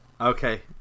okay